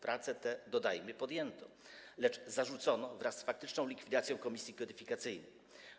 Prace te, dodajmy, podjęto, lecz zarzucono wraz z faktyczną likwidacją komisji kodyfikacyjnej.